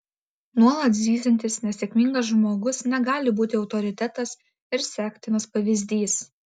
nuolat zyziantis nesėkmingas žmogus negali būti autoritetas ir sektinas pavyzdys